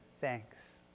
thanks